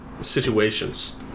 situations